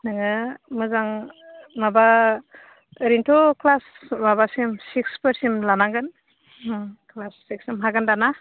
नोङो मोजां माबा ओरैनोथ' क्लास माबासिम सिक्सफोरसिम लानांगोन क्लास सिक्ससिम हागोन दा ना